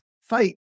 fight